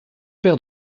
père